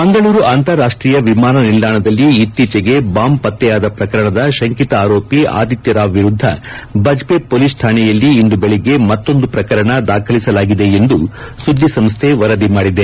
ಮಂಗಳೂರು ಅಂತಾರಾಷ್ನೀಯ ವಿಮಾನ ನಿಲ್ದಾಣದಲ್ಲಿ ಇಕ್ತೀಚೆಗೆ ಬಾಂಬ್ ಪತ್ತೆಯಾದ ಪ್ರಕರಣದ ಶಂಕಿತ ಆರೋಪಿ ಆದಿತ್ಯರಾವ್ ವಿರುದ್ದ ಬಜ್ಜೆ ಪೊಲೀಸ್ ಕಾಣೆಯಲ್ಲಿ ಇಂದು ಬೆಳಗ್ಗೆ ಮತ್ತೊಂದು ಶ್ರಕರಣ ದಾಖಲಿಸಲಾಗಿದೆ ಎಂದು ಸುದ್ಗಿ ಸಂಸ್ಥೆ ವರದಿ ಮಾಡಿದೆ